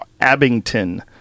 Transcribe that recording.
Abington